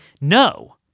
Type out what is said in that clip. No